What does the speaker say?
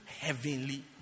heavenly